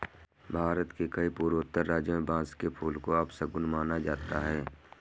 भारत के कई पूर्वोत्तर राज्यों में बांस के फूल को अपशगुन माना जाता है